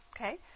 Okay